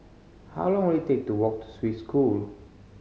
how long will it take to walk to Swiss School